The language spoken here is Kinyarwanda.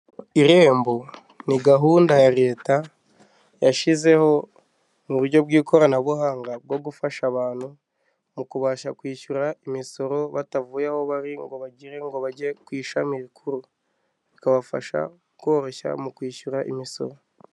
Irembo, ni gahunda ya leta, yashyizeho uburyo bw'ikoranabuhanga bwo gufasha abantu mu kubasha kwishyura imisoro batavuye aho bari ngo bagire ngo bajye ku ishami rikuru, bikabafasha koroshya mu kwishyura imisoro.